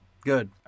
Good